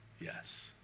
yes